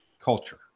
culture